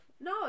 no